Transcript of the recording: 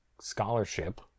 scholarship